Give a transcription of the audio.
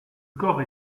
corps